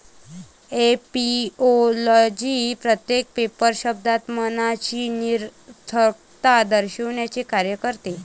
ऍपिओलॉजी प्रत्येक पेपर शब्दात मनाची निरर्थकता दर्शविण्याचे कार्य करते